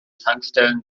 tankstellen